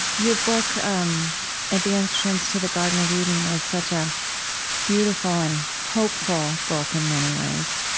your book um at the entrance to the garden of eden was such a beautiful and hopeful book in many ways.